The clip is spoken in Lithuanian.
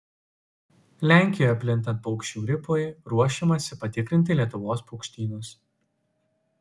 lenkijoje plintant paukščių gripui ruošiamasi patikrinti lietuvos paukštynus